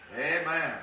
Amen